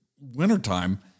wintertime